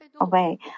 away